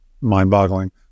Mind-boggling